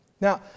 Now